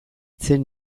zen